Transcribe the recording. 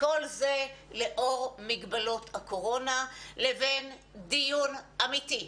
וכל זה לאור מגבלות הקורונה לבין דיון אמיתי,